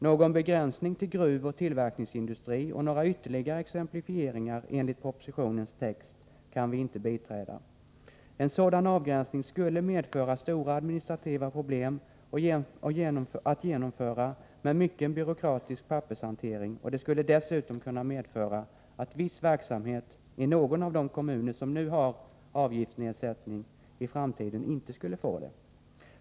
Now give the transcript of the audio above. Någon begränsning till gruvoch tillverkningsindustri och några ytterligare exemplifieringar enligt propositionens text kan vi inte biträda. En sådan avgränsning skulle medföra stora administrativa problem att genomföra med mycken byråkratisk pappershantering och det skulle dessutom kunna medföra att viss verksamhet i någon av de kommuner som nu har avgiftsnedsättning i framtiden inte skulle få det.